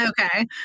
Okay